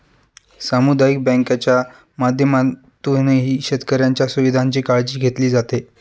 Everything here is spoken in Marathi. सामुदायिक बँकांच्या माध्यमातूनही शेतकऱ्यांच्या सुविधांची काळजी घेतली जाते